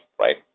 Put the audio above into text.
right